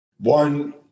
one